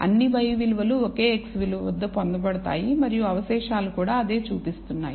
అన్ని y విలువలు ఒకే x విలువ వద్ద పొందబడతాయి మరియు అవశేషాలు కూడా అదే చూపిస్తున్నాయి